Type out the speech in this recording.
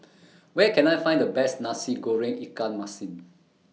Where Can I Find The Best Nasi Goreng Ikan Masin